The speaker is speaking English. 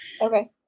Okay